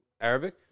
arabic